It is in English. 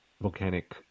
volcanic